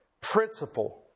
principle